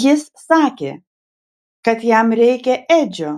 jis sakė kad jam reikia edžio